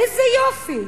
איזה יופי.